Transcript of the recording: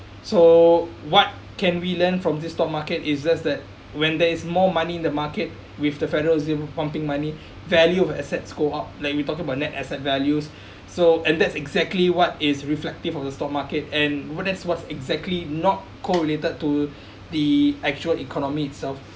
so what can we learn from this stock market is just that when there is more money in the market with the federal reserve pumping money value of assets go up like we talking about net asset values so and that's exactly what is reflective of the stock market and what that's what's exactly not correlated to the actual economy itself